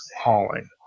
hauling